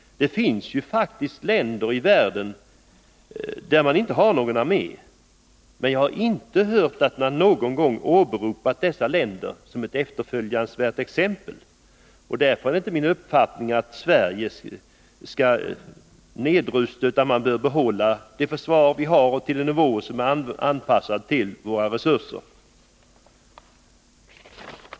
Det finns faktiskt länder i världen där man inte har någon armé, men jag har inte någon gång hört att man åberopat dessa länder som ett efterföljansvärt exempel. Därför har jag inte uppfattningen att Sverige skall nedrusta, utan vi bör behålla det försvar vi har, på en nivå som är anpassad till våra resurser.